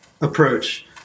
approach